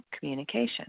communication